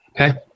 Okay